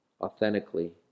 authentically